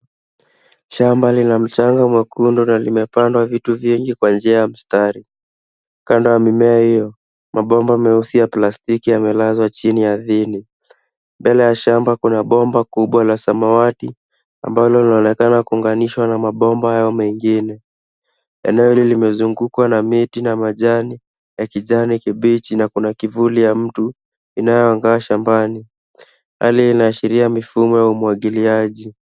Shamba lina mchanga mwekundu na limepandwa vitu vingi kwa njia ya msitari. Kando ya mimea hiyo, mabomba meusi ya plastiki yamelazwa chini ardhini. Mbele ya shamba kuna bomba kubwa la samawati ambalo linaonekana kuunganishwa na mabomba hayo mengine. Eneo hili limezungukwa na miti na majani ya kijani kibichi na kuna kivuli ya mtu inayoangaa shambani. Hali hii inaashiria mifumo wa umwagiliaji.